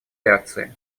реакции